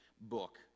book